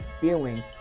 feeling